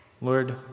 Lord